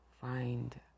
find